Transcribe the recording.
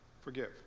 forgive